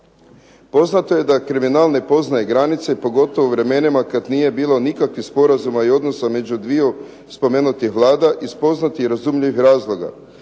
Poznato je da kriminal ne poznaje granice, pogotovo u vremenima kad nije bilo nikakvih sporazuma i odnosa između dviju spomenutih vlada iz poznatih i razumljivih razloga.